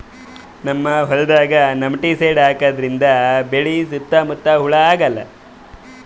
ನಮ್ಮ್ ಹೊಲ್ದಾಗ್ ನೆಮಟಿಸೈಡ್ ಹಾಕದ್ರಿಂದ್ ಬೆಳಿ ಸುತ್ತಾ ಮುತ್ತಾ ಹುಳಾ ಆಗಲ್ಲ